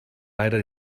leider